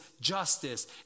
justice